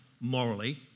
morally